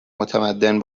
متمدن